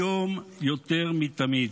היום יותר מתמיד.